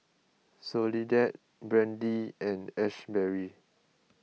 Soledad Brandie and Asberry